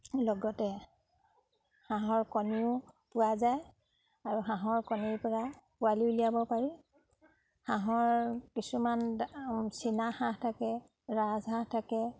লগতে হাঁহৰ কণীও পোৱা যায় আৰু হাঁহৰ কণীৰপৰা পোৱালি উলিয়াব পাৰি হাঁহৰ কিছুমান চীনাহাঁহ থাকে ৰাজহাঁহ থাকে